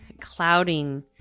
clouding